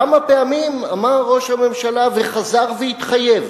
כמה פעמים אמר ראש הממשלה וחזר והתחייב,